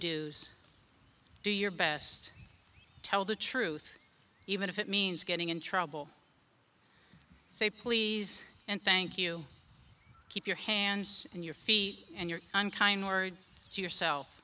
do's do your best to tell the truth even if it means getting in trouble say please and thank you keep your hands and your feet and your i'm kind word to yourself